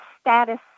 status